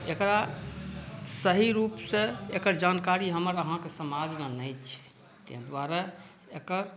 एकरा सही रूप सॅं एकर जानकारी हमर अहाॅंके समाजमे नहि छै तैॅं दुआरे एकर